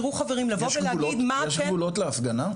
יש גבולות להפגנה?